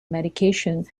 medication